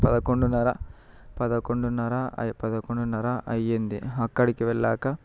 పదకొండున్నర పదకొండున్నర పదకొండున్నర అయ్యింది అక్కడికి వెళ్ళాక